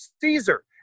Caesar